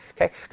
Okay